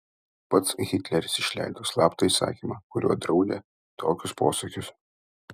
pats hitleris išleido slaptą įsakymą kuriuo draudė tokius posakius